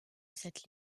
cette